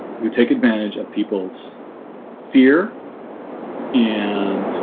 who take advantage of people's fear and